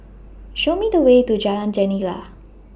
Show Me The Way to Jalan Jendela